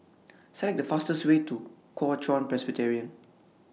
Select The fastest Way to Kuo Chuan Presbyterian